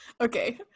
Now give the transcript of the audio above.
Okay